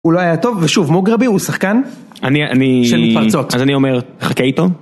הוא לא היה טוב ושוב מוגרבי הוא שחקן אני אני... של מתפרצות אז אני אומר חכה איתו